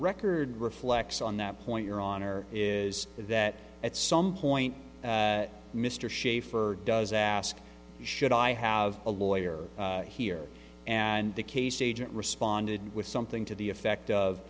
record reflects on that point your honor is that at some point mr shaffer does ask should i have a lawyer here and the case agent responded with something to the effect of